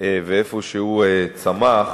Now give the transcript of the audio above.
ואיפה שהוא צמח.